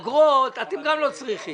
אגרות, אתם גם לא צריכים...